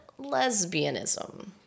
lesbianism